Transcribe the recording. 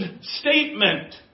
statement